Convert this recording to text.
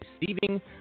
receiving